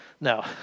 No